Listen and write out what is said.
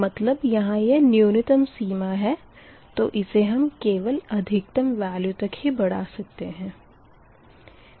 मतलब यहाँ यह न्यूनतम सीमा है तो इसे हम केवल अधिकतम वेल्यू तक ही बढ़ा सकते है